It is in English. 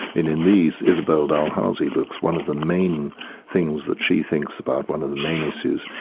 in in these, isabel dalhousie books, one of the main things that she thinks about, one of the main issues,